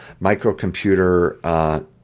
microcomputer